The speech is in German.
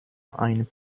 ein